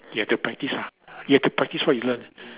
you have to practice lah you have to practice what you learnt